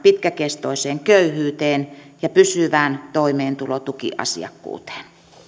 pitkäkestoiseen köyhyyteen ja pysyvään toimeentulotukiasiakkuuteen